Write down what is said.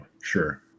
Sure